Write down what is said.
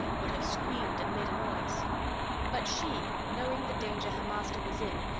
would have screamed and made a noise but she, knowing the danger her master was in,